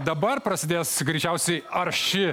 dabar prasidės greičiausiai arši